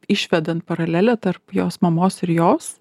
išvedant paralelę tarp jos mamos ir jos